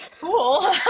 Cool